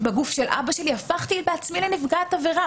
בגוף של אבא שלי, הפכתי בעצמי לנפגעת עבירה.